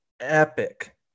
epic